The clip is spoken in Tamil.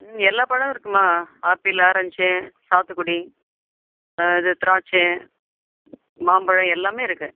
ம் எல்லா பழம் இருக்கும்மா ஆப்பிள் ஆரஞ்சு சாத்துக்குடி இது திராட்சை மாம்பழம் எல்லாமே இருக்குது